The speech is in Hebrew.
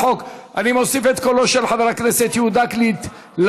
אני מוסיף את קולו של חבר הכנסת יהודה גליק לפרוטוקול.